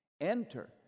Enter